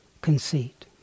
conceit